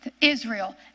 Israel